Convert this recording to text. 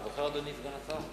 אתה זוכר, אדוני סגן השר?